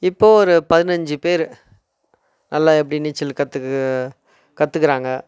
இப்போ ஒரு பதினஞ்சு பேர் எல்லாம் எப்படி நீச்சல் கற்றுக்கு கற்றுக்குறாங்க